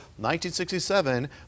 1967